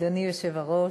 אדוני היושב-ראש,